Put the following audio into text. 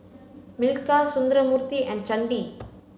Milkha Sundramoorthy and Chandi